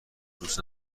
دوست